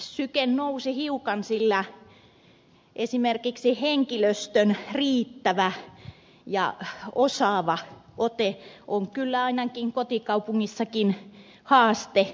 syke nousi hiukan sillä esimerkiksi henkilöstön riittävä ja osaava ote on kyllä ainakin kotikaupungissanikin haaste